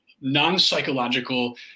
non-psychological